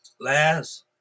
last